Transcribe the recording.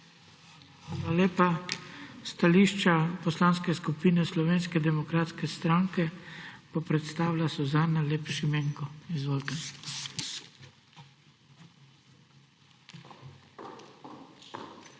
Hvala lepa. Stališče Poslanske skupine Slovenske demokratske stranke bo predstavila Suzana Lep Šimenko. Izvolite. **SUZANA